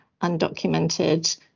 undocumented